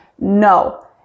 No